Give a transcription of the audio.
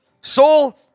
Saul